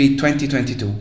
2022